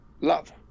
love